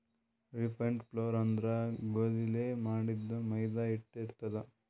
refined flour ಅಂದ್ರ ಗೋಧಿಲೇ ಮಾಡಿದ್ದ್ ಮೈದಾ ಹಿಟ್ಟ್ ಇರ್ತದ್